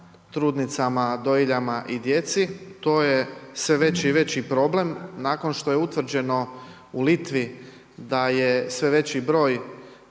trudnicama, dojiljama i djeci to je sve veći i veći problem. Nakon što je utvrđeno u Litvi da je sve veći broj